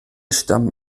stammen